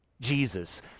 Jesus